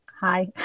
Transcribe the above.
hi